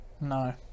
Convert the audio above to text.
No